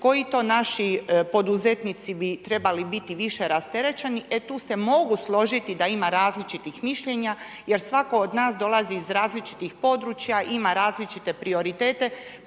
koji to naši poduzetnici bi trebali biti više rasterećeni, e tu se mogu složiti da ima različitih mišljenja jer svatko od nas dolazi iz različitih područja, ima različite prioritete